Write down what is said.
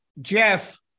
Jeff